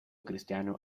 cristiano